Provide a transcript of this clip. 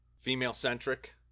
female-centric